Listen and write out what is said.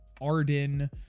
arden